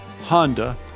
Honda